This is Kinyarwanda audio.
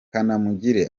kanamugire